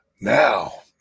now